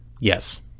Yes